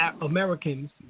Americans